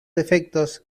efectos